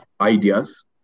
ideas